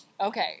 Okay